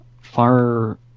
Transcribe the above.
far